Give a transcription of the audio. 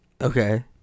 Okay